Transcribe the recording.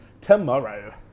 tomorrow